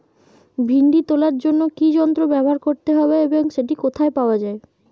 ভিন্ডি তোলার জন্য কি যন্ত্র ব্যবহার করতে হবে এবং সেটি কোথায় পাওয়া যায়?